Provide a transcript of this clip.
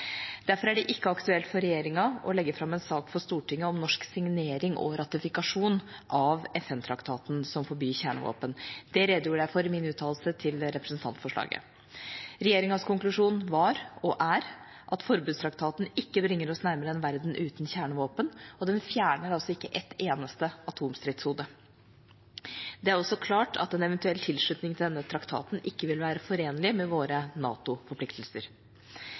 Derfor er det ikke aktuelt for regjeringa å legge fram en sak for Stortinget om norsk signering og ratifikasjon av FN-traktaten som forbyr kjernevåpen. Det redegjorde jeg for i min uttalelse til representantforslaget. Regjeringas konklusjon var, og er, at forbudstraktaten ikke bringer oss nærmere en verden uten kjernevåpen, og den fjerner altså ikke ett eneste atomstridshode. Det er også klart at en eventuell tilslutning til denne traktaten ikke vil være forenlig med våre